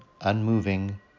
unmoving